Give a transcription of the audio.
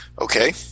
Okay